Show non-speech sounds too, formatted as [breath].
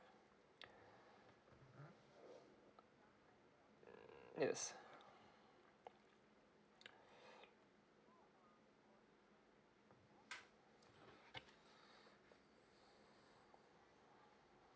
[breath] yes [breath]